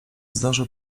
zdążył